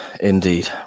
indeed